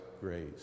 grace